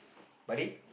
buddy